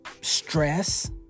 stress